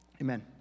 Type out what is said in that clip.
Amen